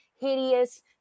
hideous